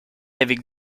avec